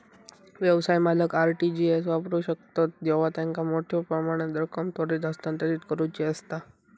व्यवसाय मालक RTGS वापरू शकतत जेव्हा त्यांका मोठ्यो प्रमाणात रक्कम त्वरित हस्तांतरित करुची असता